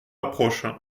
approche